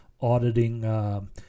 auditing –